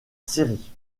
série